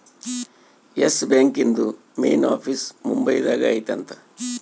S bank ಇಂದು main office Mumbai ದಾಗ ಐತಿ ಅಂತ